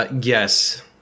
Yes